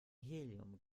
helium